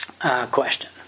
question